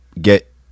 get